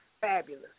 fabulous